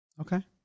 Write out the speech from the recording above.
Okay